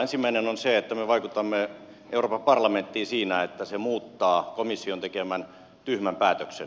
ensimmäinen on se että me vaikutamme euroopan parlamenttiin siinä että se muuttaa komission tekemän tyhmän päätöksen